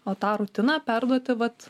o tą rutiną perduoti vat